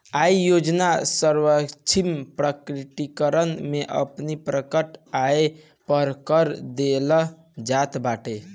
आय योजना स्वैच्छिक प्रकटीकरण में अपनी प्रकट आय पअ कर देहल जात बाटे